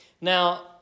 Now